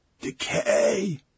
Decay